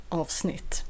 avsnitt